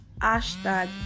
Hashtag